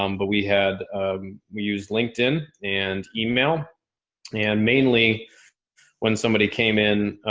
um but we had we use linkedin and email and mainly when somebody came in,